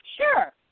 Sure